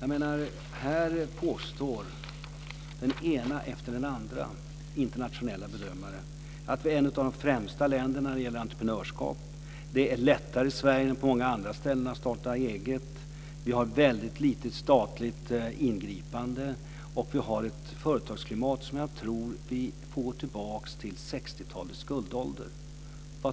orden Här påstår den ena internationella bedömaren efter den andra att Sverige är ett av de främsta länderna när det gäller entreprenörskap. Det är lättare i Sverige än på många andra ställen att starta eget. Vi har väldigt lite statligt ingripande, och vi har ett företagsklimat som jag tror att vi får gå tillbaka till 60-talets guldålder för att hitta.